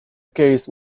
case